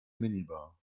minibar